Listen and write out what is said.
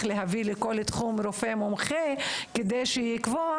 להביא לכל תחום רופא מומחה לקבוע יהיה כך וכך.